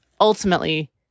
ultimately